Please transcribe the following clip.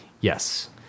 Yes